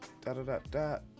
Da-da-da-da